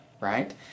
right